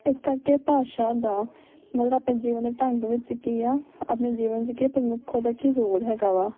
ਇਸ ਕਰਕੇ ਭਾਸ਼ਾ ਦਾ ਮਤਲਬ ਆਪਣੇ ਜੀਵਨ ਦੇ ਢੰਗ ਵਿੱਚ ਕੀ ਆ ਆਪਣੇ ਜੀਵਨ 'ਚ ਕੀ ਆ ਪ੍ਰਮੁੱਖ ਉਹਦਾ ਕੀ ਰੋਲ ਹੈਗਾ ਵਾ